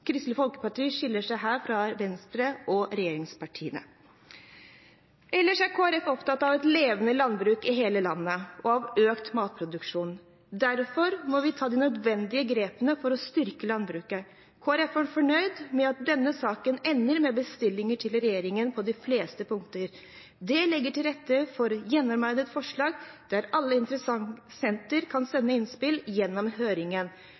Kristelig Folkeparti skiller seg her fra Venstre og regjeringspartiene. Ellers er Kristelig Folkeparti opptatt av et levende landbruk i hele landet og av økt matproduksjon. Derfor må vi ta de nødvendige grepene for å styrke landbruket. Kristelig Folkeparti er fornøyd med at denne saken ender med bestillinger til regjeringen på de fleste punkter. Det legger til rette for gjennomarbeidede forslag, der alle interessenter kan sende innspill gjennom høringen.